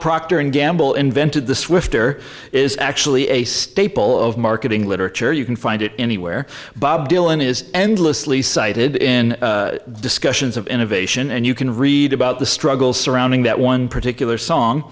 procter and gamble invented the swifter is actually a staple of marketing literature you can find it anywhere bob dylan is endlessly cited in discussions of innovation and you can read about the struggles surrounding that one particular song